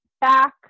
back